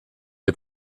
les